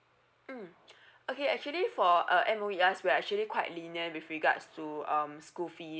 mm okay actually for uh M_O_E us we are actually quite lenient with regards to um school fees